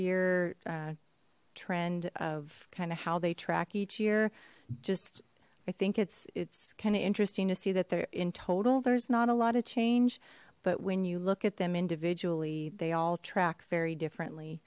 year trend of kind of how they track each year just i think it's it's kind of interesting to see that they're in total there's not a lot of change but when you look at them individually they all track very differently